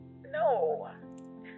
no